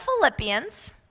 philippians